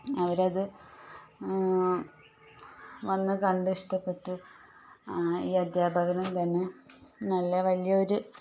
അവരത് വന്ന് കണ്ട് ഇഷ്ടപ്പെട്ടു ഈ അദ്ധ്യാപകനും തന്നെ നല്ല വലിയ ഒരു